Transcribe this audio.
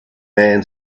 man